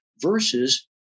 versus